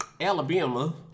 Alabama